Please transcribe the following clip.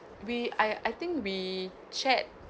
we I I think we chat